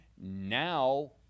Now